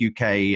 UK